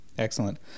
Excellent